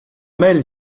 mail